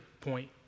point